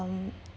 um